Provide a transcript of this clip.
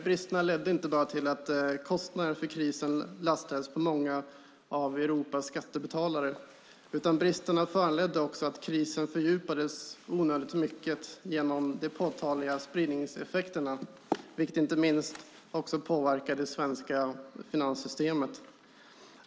Bristerna ledde inte bara till att kostnaderna för krisen lastades på många av Europas skattebetalare, utan bristerna föranledde också att krisen fördjupades onödigt mycket på grund av de påtagliga spridningseffekterna, vilket inte minst påverkade det svenska finanssystemet.